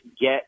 get